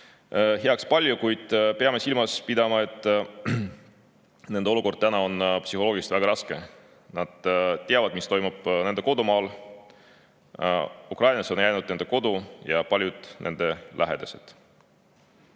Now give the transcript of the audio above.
heaks palju, kuid peame silmas pidama, et nende olukord täna on psühholoogiliselt väga raske. Nad teavad, mis toimub nende kodumaal. Ukrainasse on jäänud nende kodu ja paljud nende lähedased. Head